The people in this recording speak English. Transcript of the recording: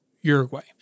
Uruguay